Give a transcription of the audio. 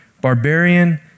barbarian